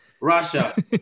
Russia